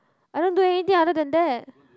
I don't do anything other than that